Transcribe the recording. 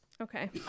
okay